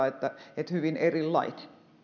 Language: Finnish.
että hyvin erilainen